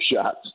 shots